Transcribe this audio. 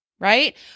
Right